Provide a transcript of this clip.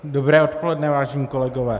Dobré odpoledne, vážení kolegové.